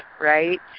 right